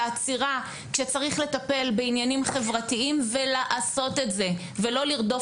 כשצריך לטפל בעניינים חברתיים ולעשות את זה ולא לרדוף